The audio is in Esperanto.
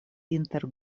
inter